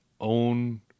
own